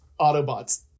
autobots